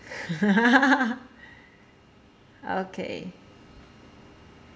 okay